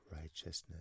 righteousness